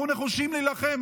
אנחנו נחושים להילחם.